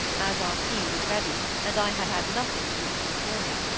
as our tea was ready, and i had had nothing to eat since morning,